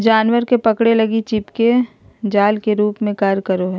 जानवर के पकड़े लगी चिपचिपे जाल के रूप में कार्य करो हइ